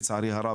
לצערי הרב,